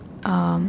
um